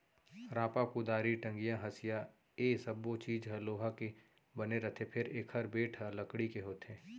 रांपा, कुदारी, टंगिया, हँसिया ए सब्बो चीज ह लोहा के बने रथे फेर एकर बेंट ह लकड़ी के होथे